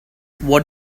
what